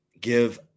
give